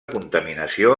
contaminació